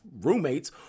roommates